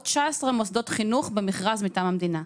19 מוסדות חינוך במכרז מטעם המדינה.